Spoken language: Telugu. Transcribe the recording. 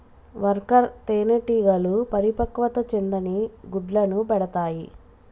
వర్కర్ తేనెటీగలు పరిపక్వత చెందని గుడ్లను పెడతాయి